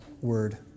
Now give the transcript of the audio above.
word